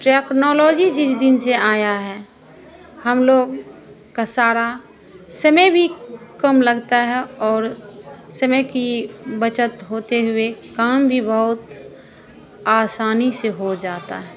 technology जिस दिन से आई है हम लोग का सारा समय भी कम लगता है और समय की बचत होते हुए काम भी बहुत आसानी से हो जाता है